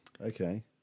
Okay